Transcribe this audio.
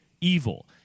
evil